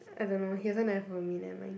I don't know he also never follow me never mind